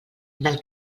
del